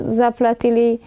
zaplatili